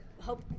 hope